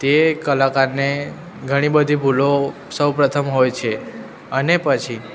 જે કલાકારને ઘણી બધી ભૂલો સૌપ્રથમ હોય છે અને પછી